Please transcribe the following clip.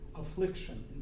affliction